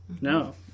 No